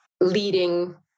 leading